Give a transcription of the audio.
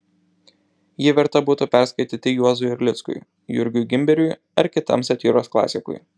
jį verta būtų perskaityti juozui erlickui jurgiui gimberiui ar kitam satyros klasikui